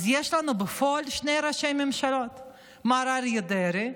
אז יש לנו בפועל שני ראשי ממשלה: מר אריה דרעי,